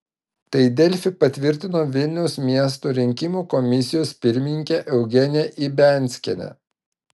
tai delfi patvirtino vilniaus miesto rinkimų komisijos pirmininkė eugenija ibianskienė